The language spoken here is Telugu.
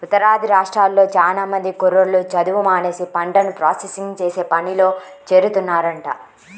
ఉత్తరాది రాష్ట్రాల్లో చానా మంది కుర్రోళ్ళు చదువు మానేసి పంటను ప్రాసెసింగ్ చేసే పనిలో చేరుతున్నారంట